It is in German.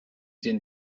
den